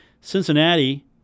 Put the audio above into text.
Cincinnati